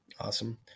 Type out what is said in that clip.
Awesome